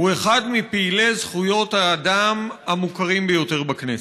הוא אחד מפעילי זכויות האדם המוכרים ביותר בכנסת.